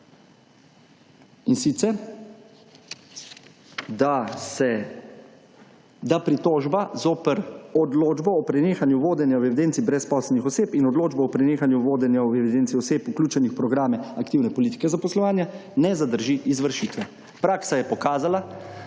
In sicer, da pritožba zoper odločbo o prenehanju vodenja v evidenci brezposelnih oseb in odločbo o prenehanju vodenja v evidenci oseb vključenih v programe aktivne politike zaposlovanja, ne zadrži izvršitve. Praksa je pokazala,